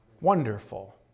Wonderful